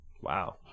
Wow